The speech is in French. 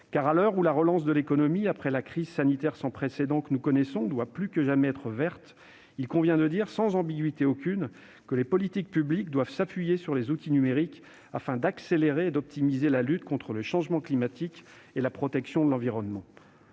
». À l'heure où la relance de l'économie, après la crise sanitaire sans précédent que nous connaissons, doit plus que jamais être verte, il convient de dire sans ambiguïté aucune que les politiques publiques doivent s'appuyer sur les outils numériques afin d'accélérer et d'optimiser la lutte contre le changement climatique et la protection de l'environnement.